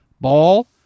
ball